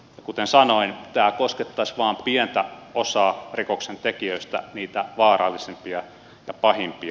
kuten sanoin tämä koskettaisi vain pientä osaa rikoksentekijöistä niitä vaarallisimpia ja pahimpia